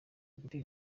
gutera